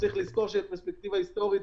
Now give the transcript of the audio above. בפרספקטיבה היסטורית,